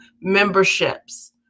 memberships